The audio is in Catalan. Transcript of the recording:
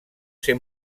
ser